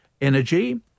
energy